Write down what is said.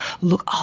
look